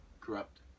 corrupt